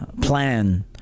plan